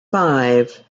five